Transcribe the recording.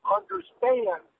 understand